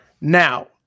Now